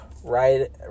right